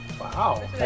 Wow